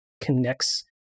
connects